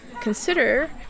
consider